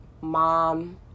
mom